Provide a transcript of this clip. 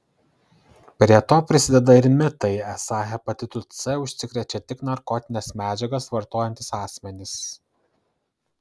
prie to prisideda ir mitai esą hepatitu c užsikrečia tik narkotines medžiagas vartojantys asmenys